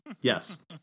yes